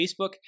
Facebook